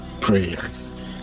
prayers